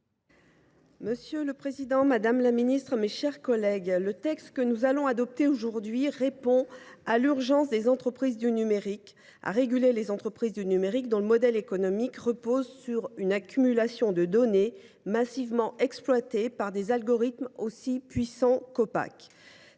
Monsieur le président, madame la secrétaire d’État, mes chers collègues, le projet de loi que nous allons adopter aujourd’hui répond à l’urgence de réguler les entreprises du numérique, dont le modèle économique repose sur une accumulation de données massivement exploitées par des algorithmes aussi puissants qu’opaques.